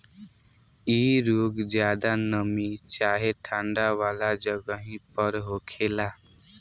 इ रोग ज्यादा नमी चाहे ठंडा वाला जगही पर होखेला